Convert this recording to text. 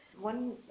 One